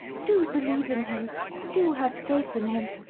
do believe in him do have faith in him.